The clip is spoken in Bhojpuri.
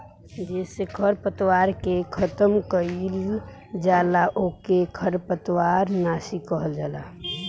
जेसे खरपतवार के खतम कइल जाला ओके खरपतवार नाशी कहल जाला